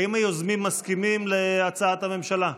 האם היוזמים מסכימים להצעת הממשלה?